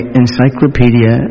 encyclopedia